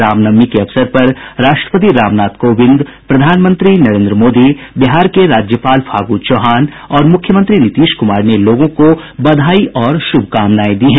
रामनवमी के अवसर पर राष्ट्रपति रामनाथ कोविंद प्रधानमंत्री नरेंद्र मोदी बिहार के राज्यपाल फागू चौहान और मुख्यमंत्री नीतीश कुमार ने लोगों को बधाई और शुभकामनाए दी हैं